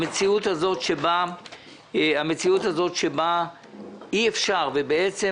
המציאות הזאת, שבה אי אפשר, ובעצם